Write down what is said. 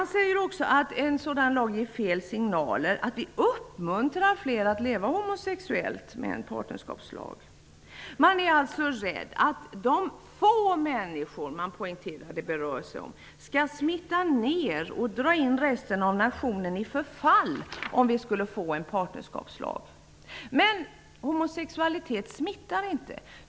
Det sägs också att en partnerskapslag ger fel signaler och att fler människor uppmuntras att leva homosexuellt. Man är alltså rädd att dessa få människor, något som man ju poängterar att det rör sig om, skall ''smitta ner'' nationen och dra in resten av den i förfall, om vi får en partnerskapslag. Men homosexualitet smittar inte.